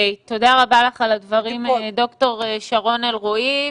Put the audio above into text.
תודה רבה לך על הדברים, ד"ר שרון אלרעי.